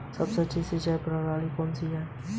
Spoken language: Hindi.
सबसे अच्छी सिंचाई प्रणाली कौन सी है?